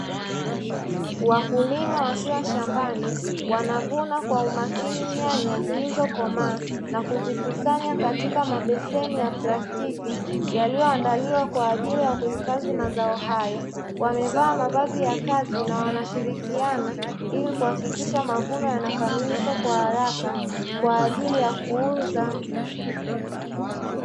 wakulima wakiwa shambani wanavuna kwa umakini nyanya zilizokomaa na kuzikusanya katika mabeseni ya plastiki yaliyoandaliwa kwa ajili ya kuhifadhi mazao hayo, wamevaa mavazi ya kazi na wanashirikiana ili kuhakikisha mavuno yanakamilika kwa haraka kwa ajili ya kuuza.